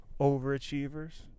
Overachievers